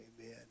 amen